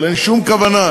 אבל אין שום כוונה,